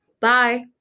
Bye